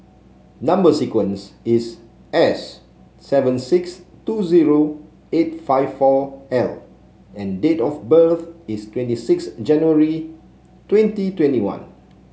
number sequence is S seven six two zero eight five four L and date of birth is twenty six January twenty twenty one